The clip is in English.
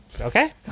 Okay